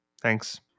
Thanks